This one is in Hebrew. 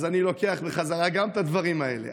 אז אני לוקח בחזרה גם את הדברים האלה,